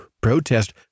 protest